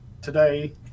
Today